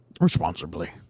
Responsibly